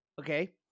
Okay